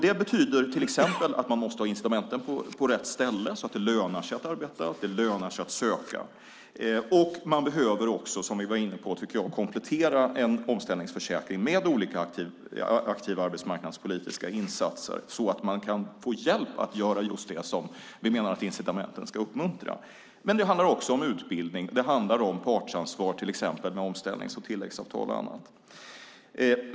Det betyder till exempel att incitamenten måste finnas på rätt ställe så att det lönar sig att arbeta och att söka arbete. En omställningsförsäkring behöver också, som vi var inne på, kompletteras med olika aktiva arbetsmarknadspolitiska insatser så att man kan få hjälp att göra just det som vi menar att incitamenten ska uppmuntra. Sedan handlar det också om utbildning och om partsansvar med omställnings och tilläggsavtal och annat.